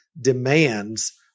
demands